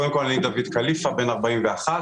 אני בן 41,